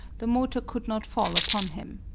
the motor could not fall upon him.